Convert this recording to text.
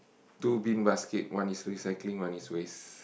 two bin basket one is recycling one is waste